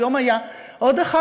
היום היה עוד אחד,